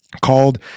called